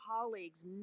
colleagues